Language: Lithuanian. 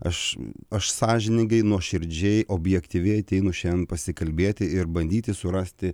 aš aš sąžiningai nuoširdžiai objektyviai ateinu šiandien pasikalbėti ir bandyti surasti